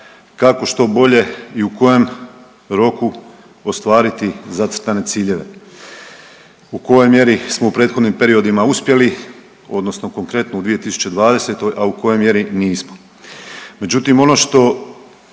kako što bolje i u kojem roku ostvariti zacrtane ciljeve u kojoj mjeri smo u prethodnim periodima uspjeli odnosno konkretno u 2020., a u kojoj mjeri nismo.